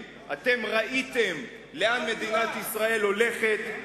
אתם ראיתם לאן מדינת ישראל הולכת,